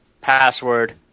password